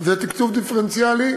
זה תקצוב דיפרנציאלי.